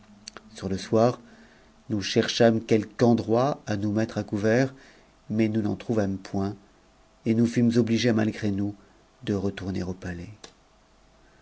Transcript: sur le soir nous cherchâmes quelque endroit pour nous mettre à couvert mais nous n'en trouvâmes point et nous fûmes obligés malgré nous de retourner au palais